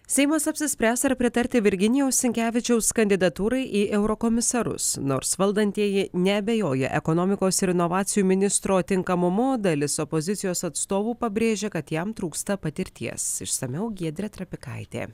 seimas apsispręs ar pritarti virginijaus sinkevičiaus kandidatūrai į eurokomisarus nors valdantieji neabejoja ekonomikos ir inovacijų ministro tinkamumu dalis opozicijos atstovų pabrėžia kad jam trūksta patirties išsamiau giedrė trapikaitė